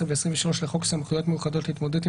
11 ו-23 לחוק סמכויות מיוחדות להתמודדות